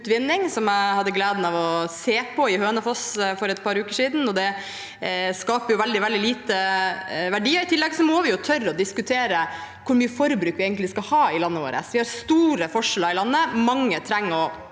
som jeg hadde gleden av å se på i Hønefoss for et par uker siden. Det skaper veldig, veldig lite verdier. I tillegg må vi tørre å diskutere hvor mye forbruk vi egentlig skal ha i landet vårt. Vi har store forskjeller i landet. Mange trenger å